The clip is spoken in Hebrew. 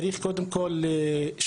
צריך קודם כל לשפר,